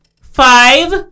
five